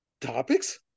Topics